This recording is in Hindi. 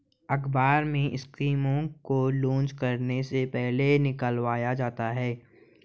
अखबारों में स्कीमों को लान्च करने से पहले निकलवाया जाता है